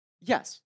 Yes